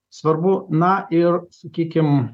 svarbu na ir sakykim